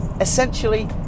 essentially